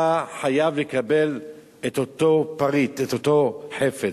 אתה חייב לקבל את אותו פריט, את אותו חפץ.